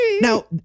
Now